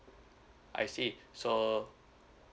I see so